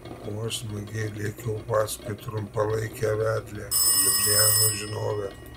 o aš smagiai lėkiau paskui trumpalaikę vedlę liublianos žinovę